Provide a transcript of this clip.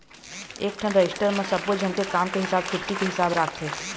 एकठन रजिस्टर म सब्बो झन के काम के हिसाब, छुट्टी के हिसाब राखथे